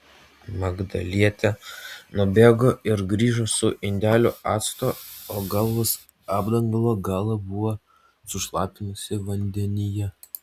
magdalietė nubėgo ir grįžo su indeliu acto o galvos apdangalo galą buvo sušlapinusi vandenyje